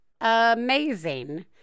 amazing